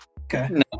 Okay